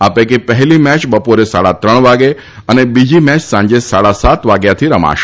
આ પૈકી પહેલી મેચ બપોરે સાડા ત્રણ વાગે અને બીજી મેચ સાંજે સાડા સાત વાગ્યાથી રમાશે